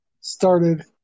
started